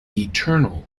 eternal